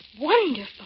wonderful